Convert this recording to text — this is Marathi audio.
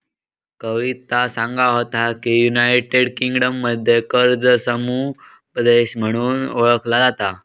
कविता सांगा होता की, युनायटेड किंगडममध्ये कर्ज समुपदेशन म्हणून ओळखला जाता